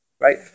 right